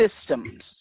systems